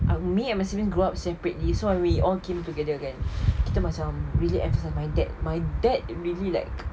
me and my siblings grew up separately so we all came together kan kita macam really emphasise my dad my dad really like